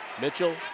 Mitchell